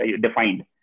defined